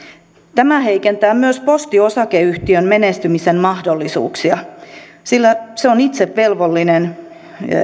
tämä heikentää myös posti oyjn menestymisen mahdollisuuksia sillä se on itse velvollinen